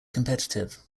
competitive